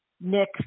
Nick